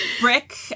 brick